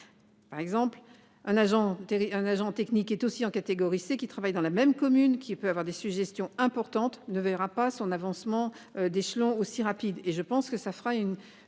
Par exemple un agent un agent technique est aussi en catégorie C qui travaille dans la même commune qui peut avoir des suggestions importantes ne verra pas son avancement d'échelon aussi rapide et je pense que ça fera une.